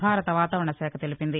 భారత వాతావరణ శాఖ తెలిపింది